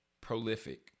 prolific